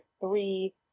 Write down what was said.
three